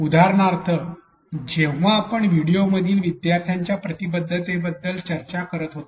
उदाहरणार्थ जेव्हा आपण व्हिडिओमधील विद्यार्थ्यांच्या प्रतिबद्धतेवर चर्चा करीत होतो